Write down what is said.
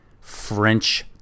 French